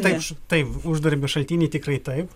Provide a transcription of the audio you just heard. taip taip uždarbio šaltiniai tikrai taip